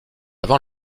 avant